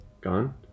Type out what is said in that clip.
Gone